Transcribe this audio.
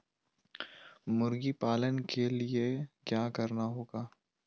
मुर्गी पालन के लिए क्या करना होगा?